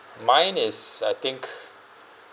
mine is I think